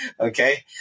Okay